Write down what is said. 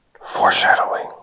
Foreshadowing